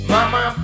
Mama